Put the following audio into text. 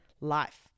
life